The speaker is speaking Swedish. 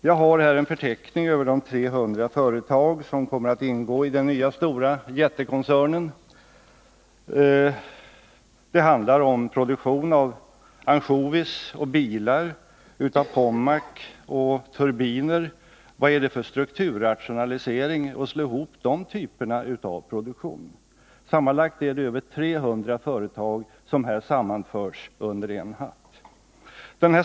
Jag har här en förteckning över de 300 företag som kommer att ingå i den nya jättekoncernen. Det handlar om produktion av ansjovis och bilar, av Pommac och turbiner. Vad är det för strukturrationalisering att slå ihop de typerna av produktion? Sammanlagt är det över 300 företag som här sammanförs under en hatt.